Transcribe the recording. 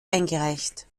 eingereicht